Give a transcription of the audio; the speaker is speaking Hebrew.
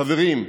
חברים,